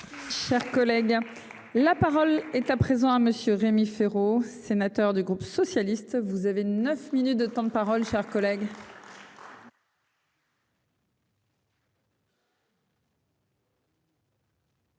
Cher collègue, la parole est à présent à monsieur Rémi Féraud, sénateur du groupe socialiste, vous avez 9 minutes de temps de parole cher collègue.